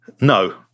No